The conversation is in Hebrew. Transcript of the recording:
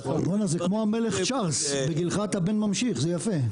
זה כמו המלך צ'ארלס, בגילך אתה בן ממשיך, זה יפה.